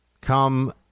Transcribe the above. come